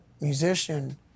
musician